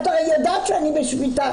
את הרי יודעת שאני בשביתה,